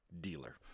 dealer